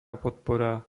podpora